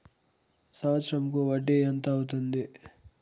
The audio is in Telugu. సంవత్సరం కు వడ్డీ ఎంత అవుతుంది?